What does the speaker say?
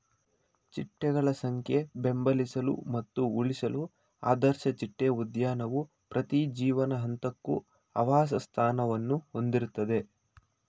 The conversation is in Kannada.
ಚಿಟ್ಟೆಗಳ ಜನಸಂಖ್ಯೆ ಬೆಂಬಲಿಸಲು ಮತ್ತು ಉಳಿಸಲು ಆದರ್ಶ ಚಿಟ್ಟೆ ಉದ್ಯಾನವು ಪ್ರತಿ ಜೀವನ ಹಂತಕ್ಕೂ ಆವಾಸಸ್ಥಾನವನ್ನು ಹೊಂದಿರ್ತದೆ